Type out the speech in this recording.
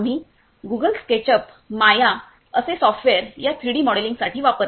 आम्ही Google SketchUp Maya असे सॉफ्टवेअर या 3 डी मॉडेलिंगसाठी वापरले